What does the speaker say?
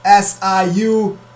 SIU